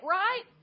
right